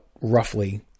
roughly